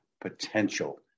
potential